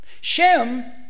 Shem